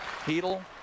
Heedle